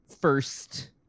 first